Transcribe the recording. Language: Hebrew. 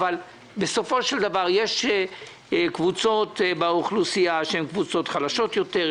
אבל בסופו של דבר יש קבוצות באוכלוסייה שהן קבוצות חלשות יותר,